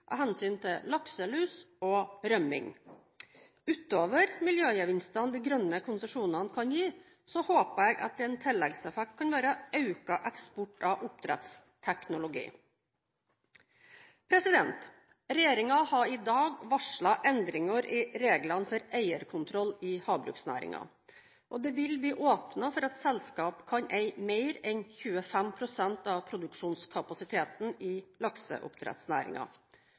av hensyn til lakselus og rømming. Utover miljøgevinstene de grønne konsesjonene kan gi, håper jeg at en tilleggseffekt kan være økt eksport av oppdrettsteknologi. Regjeringen har i dag varslet endringer i reglene for eierkontroll i havbruksnæringen. Det vil bli åpnet for at selskaper kan eie mer enn 25 pst. av produksjonskapasiteten i